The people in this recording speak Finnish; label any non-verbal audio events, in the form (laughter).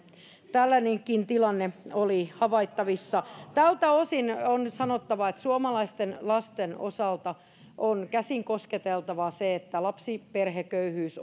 tällainenkin tilanne oli havaittavissa tältä osin on sanottava että suomalaisten lasten osalta on käsin kosketeltavaa se että lapsiperheköyhyys (unintelligible)